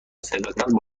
ثروتمند